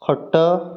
ଖଟ